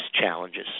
challenges